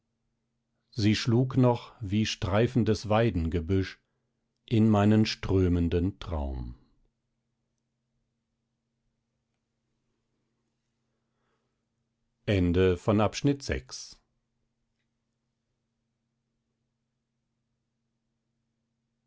sie schlug noch wie streifendes weidengebüsch in meinen strömenden traum